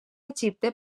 egipte